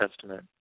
Testament